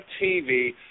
TV